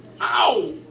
Ow